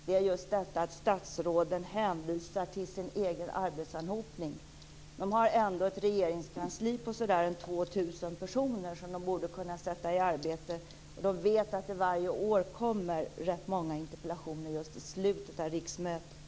Det hela gäller att statsråden hänvisar till sin egen arbetsanhopning. De har ändå ett regeringskansli på 2 000 personer som de borde kunna sätta i arbete. De vet att det varje år väcks många interpellationer i slutet av riksmötet.